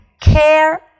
care